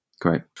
Great